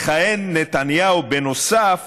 מכהן נתניהו בנוסף